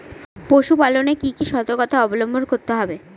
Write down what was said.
পশুপালন এ কি কি সর্তকতা অবলম্বন করতে হবে?